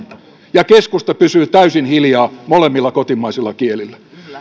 ja keskusta pysyy täysin hiljaa molemmilla kotimaisilla kielillä